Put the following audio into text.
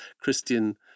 Christian